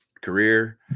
career